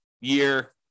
year